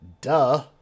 duh